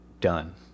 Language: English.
done